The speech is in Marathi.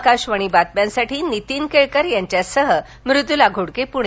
आकाशवाणी बातम्यांसाठी नीतीन केळकर यांच्यासह मृद्ला घोडके प्णे